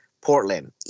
Portland